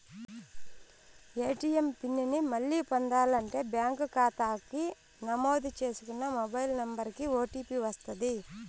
ATM pin ని మళ్ళీ పొందాలంటే బ్యాంకు కాతాకి నమోదు చేసుకున్న మొబైల్ నంబరికి ఓ.టీ.పి వస్తది